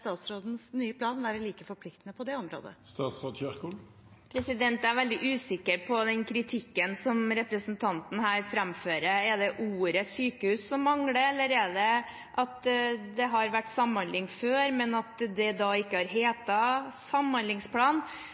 statsrådens nye plan være like forpliktende på det området? Jeg er veldig usikker på den kritikken som representanten her framfører. Er det ordet «sykehus» som mangler, eller er det at det har vært samhandling før, men at det da ikke